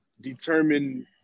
determine